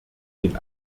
den